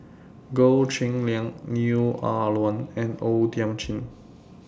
Goh Cheng Liang Neo Ah Luan and O Thiam Chin